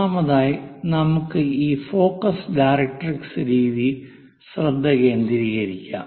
ഒന്നാമതായി നമുക്ക് ഈ ഫോക്കസ് ഡയറക്ട്രിക്സ് രീതിയിൽ ശ്രദ്ധ കേന്ദ്രീകരിക്കാം